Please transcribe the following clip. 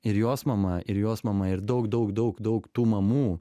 ir jos mama ir jos mama ir daug daug daug daug tų mamų